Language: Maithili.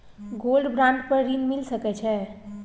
गोल्ड बॉन्ड पर ऋण मिल सके छै?